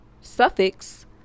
suffix